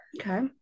Okay